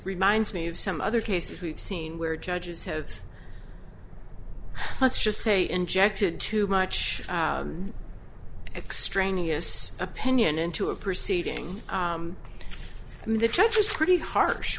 reminds me of some other cases we've seen where judges have let's just say injected too much extraneous opinion into a proceeding and the check was pretty harsh